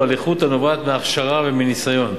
הוא על איכות הנובעת מהכשרה ומניסיון.